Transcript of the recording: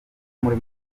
muri